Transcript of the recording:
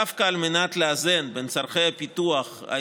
דווקא על מנת לאזן בין צורכי הפיתוח של